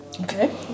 Okay